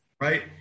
right